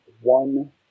one